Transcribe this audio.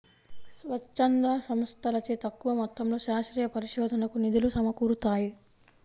స్వచ్ఛంద సంస్థలచే తక్కువ మొత్తంలో శాస్త్రీయ పరిశోధనకు నిధులు సమకూరుతాయి